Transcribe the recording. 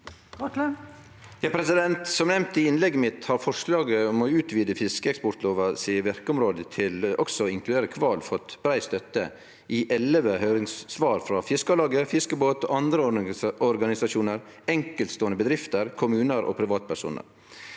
Som nemnt i innlegget mitt, har forslaget om å utvide fiskeeksportlova sitt verkeområde til også å inkludere kval, fått brei støtte i elleve høyringssvar frå Fiskarlaget, Fiskebåt, andre organisasjonar, enkeltståande bedrifter, kommunar og privatpersonar.